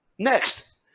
Next